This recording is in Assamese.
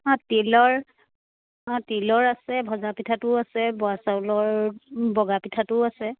অঁ তিলৰ অঁ তিলৰ আছে ভজা পিঠাটোও আছে বোৱা চাউলৰ বগা পিঠাটোও আছে